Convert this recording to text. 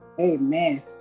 Amen